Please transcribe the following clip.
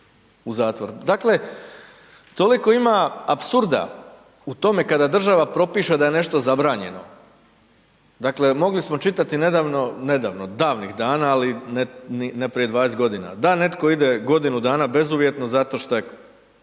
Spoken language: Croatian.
u zatvor. Dakle, toliko ima apsurda u tome kada država propiše da je nešto zabranjeno. Dakle, mogli smo čitati nedavno, davnih dana, ali ne prije 20.g. da netko ide godinu dana bezuvjetno zato šta je